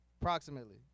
Approximately